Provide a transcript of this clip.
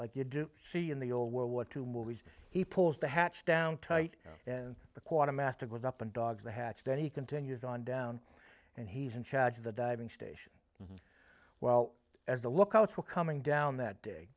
like you do see in the old world war two movies he pulls the hatch down tight and the quantum master goes up and dogs the hatch then he continues on down and he's in charge of the diving station well as the lookouts were coming down that day